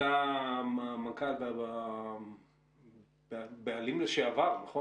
אתה המנכ"ל והבעלים לשעבר, נכון?